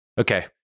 Okay